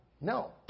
no